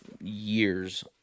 years